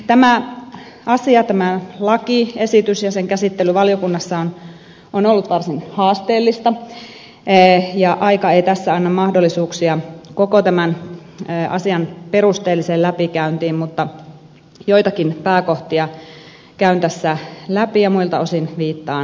tämä asia tämä lakiesitys ja sen käsittely valiokunnassa on ollut varsin haasteellista ja aika ei tässä anna mahdollisuuksia koko tämän asian perusteelliseen läpikäyntiin mutta joitakin pääkohtia käyn tässä läpi ja muilta osin viittaan sitten mietintöön